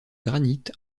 granit